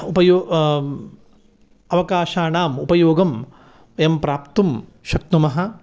उपयोगः अवकाशानाम् उपयोगं वयं प्राप्तुं शक्नुमः